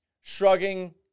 shrugging